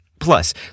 Plus